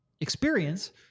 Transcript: experience